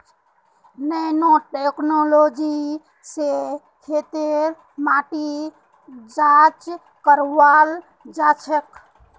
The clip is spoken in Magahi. नैनो टेक्नोलॉजी स खेतेर माटी जांच कराल जाछेक